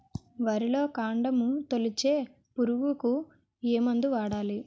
వరిలో కాండము తొలిచే పురుగుకు ఏ మందు వాడాలి?